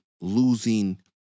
losing